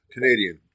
Canadian